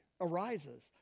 arises